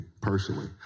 personally